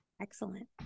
Excellent